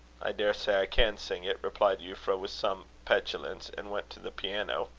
i daresay i can sing it, replied euphra, with some petulance and went to the piano.